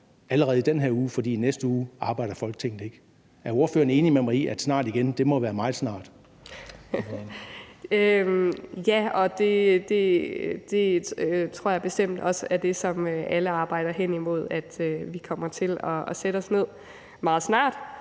allerede i den her uge, for i næste uge arbejder Folketinget ikke. Er ordføreren enig med mig i, at »snart igen« må være meget snart? Kl. 17:47 Anne Paulin (S): Ja, det tror jeg bestemt også er det, som alle arbejder hen imod, altså at vi kommer til at sætte os ned meget snart